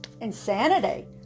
insanity